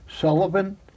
Sullivan